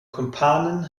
kumpanen